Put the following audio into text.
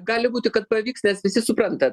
gali būti kad pavyks nes visi supranta